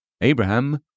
Abraham